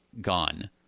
gone